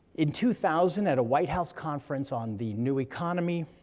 in two thousand, at a white house conference on the new economy,